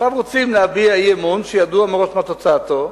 עכשיו רוצים להביע אי-אמון שידוע מראש מה תוצאתו.